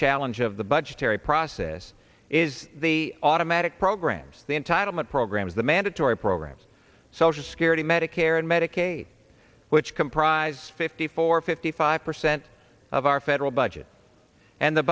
challenge of the budgetary process is the automatic programs the entitlement programs the mandatory programs social security medicare and medicaid which comprise fifty four fifty five percent of our federal budget and the